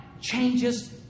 changes